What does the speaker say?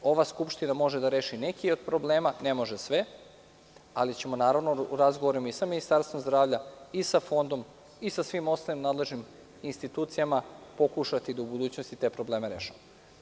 Ova skupština može da reši neke od problema, ne može sve, ali ćemo u razgovoru sa Ministarstvom zdravlja i sa Fondom i ostalim nadležnim institucijama pokušati da u budućnosti te probleme rešimo.